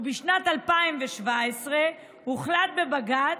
ובשנת 2017 הוחלט בבג"ץ,